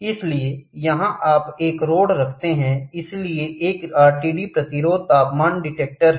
इसलिएयहां आप एक रॉड रखते हैं इसलिए एक आरटीडी प्रतिरोध तापमान डिटेक्टर है